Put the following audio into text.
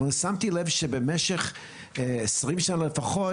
אבל שמתי לב שבמשך 20 שנה לפחות